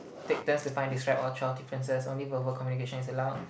take turns to find this right all twelve differences only verbal communication is allowed